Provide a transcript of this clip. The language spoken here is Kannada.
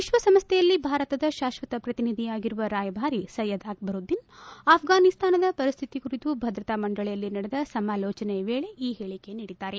ವಿಶ್ವಸಂಸ್ಥೆಯಲ್ಲಿ ಭಾರತದ ಶಾಶ್ವತ ಪ್ರತಿನಿಧಿಯಾಗಿರುವ ರಾಯಭಾರಿ ಸಯ್ಯದ್ ಅಕ್ಷರುದ್ದೀನ್ ಆಫ್ರಾನಿಸ್ತಾನದ ಪರಿಸ್ಥಿತಿ ಕುರಿತು ಭದ್ರತಾ ಮಂಡಳಿಯಲ್ಲಿ ನಡೆದ ಸಮಾಲೋಚನೆಯ ವೇಳೆ ಈ ಹೇಳಿಕೆ ನೀಡಿದ್ದಾರೆ